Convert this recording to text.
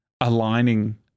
aligning